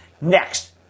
next